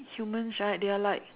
humans right they are like